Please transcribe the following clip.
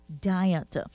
diet